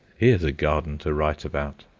here's a garden to write about!